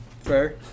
Fair